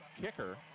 kicker